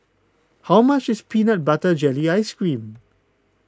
how much is Peanut Butter Jelly Ice Cream